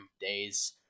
days